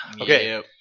Okay